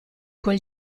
quel